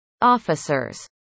officers